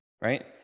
right